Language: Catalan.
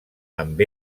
amb